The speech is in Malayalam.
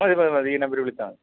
മതി മതി മതി ഈ നമ്പരിൽ വിളിച്ചാൽ മതി